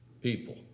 people